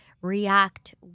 react